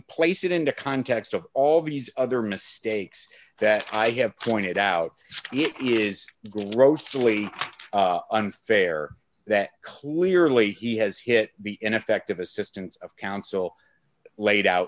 place it into context of all these other mistakes that i have pointed out it is grossly unfair that clearly he has hit the ineffective assistance of counsel laid out